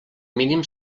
mínim